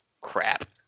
crap